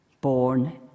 Born